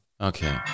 Okay